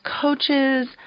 coaches